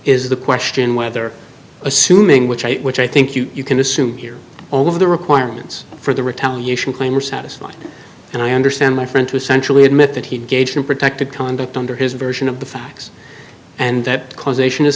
is the question whether assuming which i which i think you can assume here all of the requirements for the retaliation claim are satisfied and i understand my friend who essentially admitted he gave him protected conduct under his version of the facts and that causation is